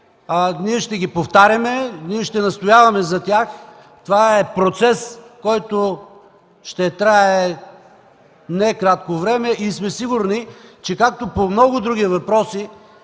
Ще ги повтаряме, ще настояваме за тях. Това е процес, който ще трае не кратко време. Сигурни сме, че, както по много други въпроси